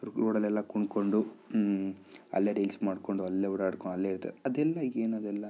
ರೋಡಲೆಲ್ಲ ಕುಣ್ಕೊಂಡು ಅಲ್ಲೇ ರೀಲ್ಸ್ ಮಾಡ್ಕೊಂಡು ಅಲ್ಲೇ ಓಡಾಡ್ಕೊ ಅಲ್ಲೇ ಅದು ಅದೆಲ್ಲ ಈಗ ಏನದೆಲ್ಲ